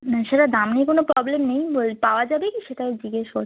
না সেটা দাম নিয়ে কোনো প্রবলেম নেই ওই পাওয়া যাবে কি সেটাই জিজ্ঞেস করছি